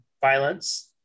violence